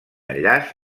enllaç